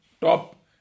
top